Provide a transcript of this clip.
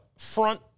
Front